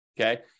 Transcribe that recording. okay